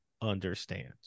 understand